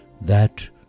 That